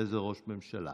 איזה ראש ממשלה,